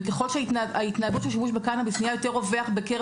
וככל שההתנהגות של שימוש בקנביס נהייתה רווחת יותר בקרב